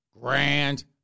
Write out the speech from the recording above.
grand